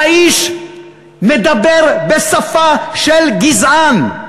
האיש מדבר בשפה של גזען,